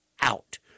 out